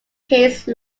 case